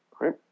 right